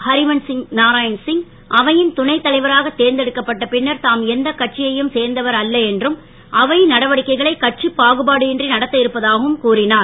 ஹரிவன்ஸ் நாராயண் சிங் அவையின் துணை தலைவராக தேர்ந்தெடுக்கப்பட்ட பின்னர் தாம் எந்த கட்சியையும் சேர்ந்தவர் அல்ல என்றும் அவை நடவடிக்கைகளை கட்சி பாகுபாடுயின்றி நடத்த இருப்பதாகவும் கூறினார்